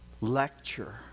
lecture